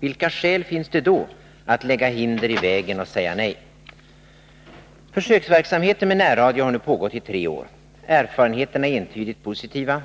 Vilka skäl finns det då att lägga hinder i vägen och säga nej? Försöksverksamheten med närradio har nu pågått i tre år. Erfarenheterna är entydigt positiva.